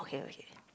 okay okay